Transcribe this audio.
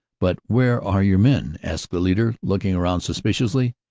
but where are your men? asked the leader, looking round suspiciously.